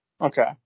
Okay